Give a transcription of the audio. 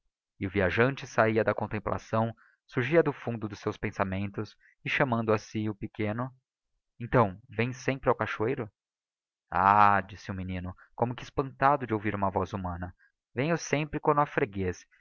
viajante sahia da contemplação surgia do fundo dos seus pensamentos e chamando a si o pequeno então vens sempre ao cachoeiro ah disse o menino como que espantado de ouvir uma voz humana venho sempre quando ha freguez